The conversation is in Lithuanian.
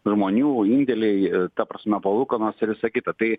žmonių indėliai ta prasme palūkanos ir visa kita tai